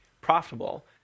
profitable